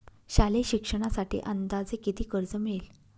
शालेय शिक्षणासाठी अंदाजे किती कर्ज मिळेल?